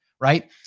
right